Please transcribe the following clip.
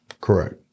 Correct